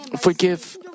forgive